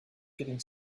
getting